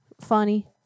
Funny